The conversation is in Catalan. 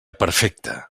perfecte